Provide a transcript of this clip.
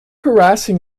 harassing